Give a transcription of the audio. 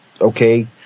okay